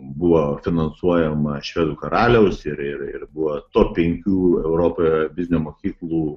buvo finansuojama švedų karaliaus ir ir ir buvo top penkių europoje biznio mokyklų